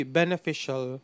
beneficial